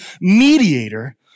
mediator